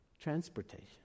transportation